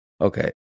Okay